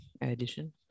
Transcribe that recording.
Addition